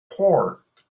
port